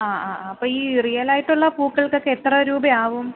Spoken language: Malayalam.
ആ ആ ആ അപ്പോൾ ഈ റിയലായിട്ടുള്ള പൂക്കൾക്കൊക്കെ എത്ര രൂപ ആവും